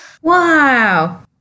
Wow